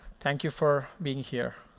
thank you for being here.